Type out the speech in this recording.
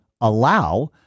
allow